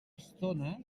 estona